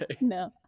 No